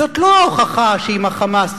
זו לא הוכחה שעם ה"חמאס"